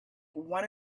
one